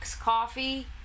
coffee